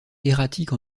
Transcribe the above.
erratique